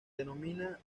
denomina